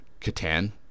Catan